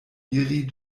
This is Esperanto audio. iri